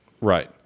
Right